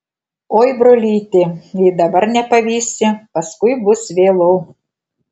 oi brolyti jei dabar nepavysi paskui bus vėlu